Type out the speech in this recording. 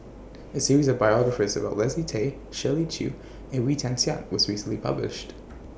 A series of biographies about Leslie Tay Shirley Chew and Wee Tian Siak was recently published